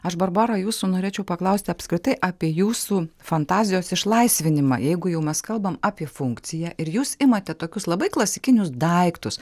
aš barbora jūsų norėčiau paklausti apskritai apie jūsų fantazijos išlaisvinimą jeigu jau mes kalbam apie funkciją ir jūs imate tokius labai klasikinius daiktus